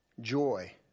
joy